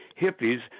hippies